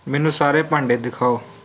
ਮੈਨੂੰ ਸਾਰੇ ਭਾਂਡੇ ਦਿਖਾਓ